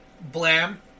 Blam